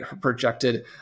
projected